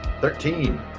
thirteen